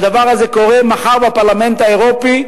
והדבר הזה קורה מחר בפרלמנט האירופי,